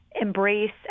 embrace